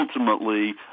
ultimately